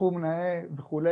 סכום נאה וכו',